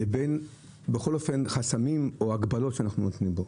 לבין חסמים או הגבלות שאנחנו נותנים לו.